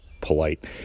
polite